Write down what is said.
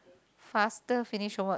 faster finish homework